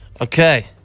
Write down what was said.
Okay